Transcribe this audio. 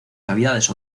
cavidades